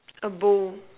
a bow